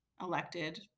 elected